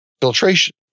filtration